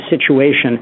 situation